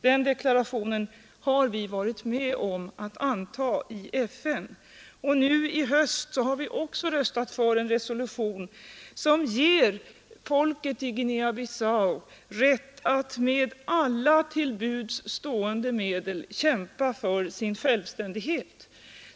Den deklarationen har vi varit med om att anta i FN. Nu i höst har vi också röstat för en resolution som ger folket i Guinea-Bissau rätt att med alla till buds stående medel kämpa för sin självständighet.